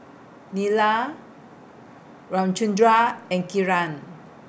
Neila Ramchundra and Kiran